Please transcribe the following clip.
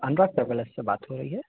अनुराग travellers से बात हो रही है